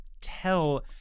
tell